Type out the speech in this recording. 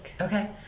Okay